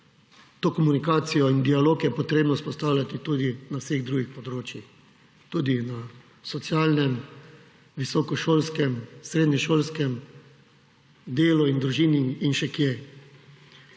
To komunikacijo in dialog je potrebno vzpostavljati tudi na vseh drugih področjih, tudi na socialnem, visokošolskem, srednješolskem delu in družini in še kje.